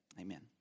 Amen